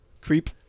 Creep